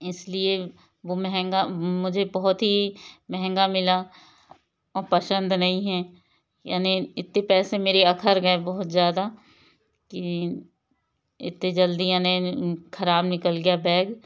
इसलिए वो महँगा मुझे बहुत ही महँगा मिला और पसंद नहीं है यानी इतने पैसे मेरी अखर गए बहुत ज़्यादा कि इतने जल्दी यानी ख़राब निकल गया बैग